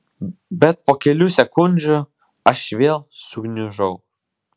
bet po kelių sekundžių aš vėl sugniužau